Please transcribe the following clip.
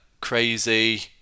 crazy